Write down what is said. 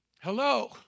Hello